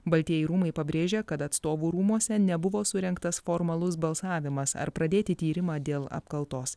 baltieji rūmai pabrėžia kad atstovų rūmuose nebuvo surengtas formalus balsavimas ar pradėti tyrimą dėl apkaltos